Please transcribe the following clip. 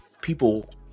people